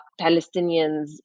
Palestinians